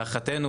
להערכתנו,